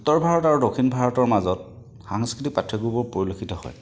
উত্তৰ ভাৰত আৰু দক্ষিণ ভাৰতৰ মাজত সাংস্কৃতিক পাৰ্থক্যবোৰ পৰিলক্ষিত হয়